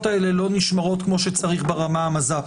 האלה לא נשמרות כמו שצריך ברמה המז"פית.